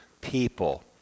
people